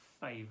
favor